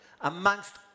amongst